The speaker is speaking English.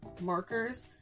markers